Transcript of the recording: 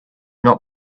not